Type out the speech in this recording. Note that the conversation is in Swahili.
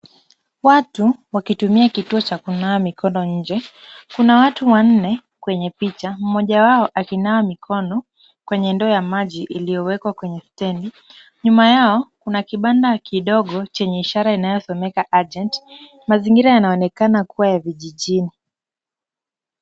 Watu wakitumia kituo cha kunawa mikono nje. Kuna watu wanne kwenye picha, mmoja wao akinawa mikono kwenye ndoo ya maji iliyowekwa kwenye stendi. Nyuma yao kuna kibanda kidogo chenye ishara inayosomeka agent . Mazingira yanaonekana kuwa ya vijijini.